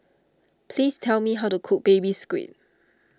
please tell me how to cook Baby Squid